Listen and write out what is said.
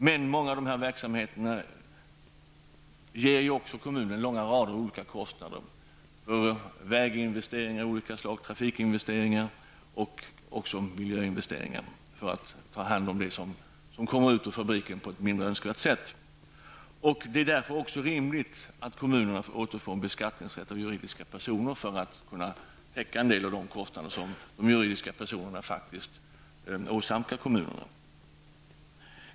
Men många av verksamheterna ger kommunen olika kostnader -- väginvesteringar av olika slag, trafikinvesteringar och miljöinvesteringar för att ta hand om det som kommer ut ur fabrikerna på ett mindre önskat sätt. Det är därför rimligt att kommunerna återfår beskattningsrätten för juridiska personer för att kunna täcka en del av de kostnader som juridiska personer faktiskt åsamkar kommunerna.